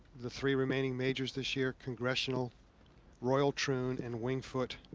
the three remaining majors this year. congressional royal troon and winged foot.